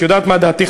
את יודעת מה דעתי,